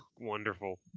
Wonderful